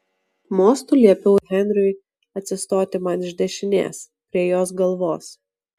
mostu liepiau henriui atsistoti man iš dešinės prie jos galvos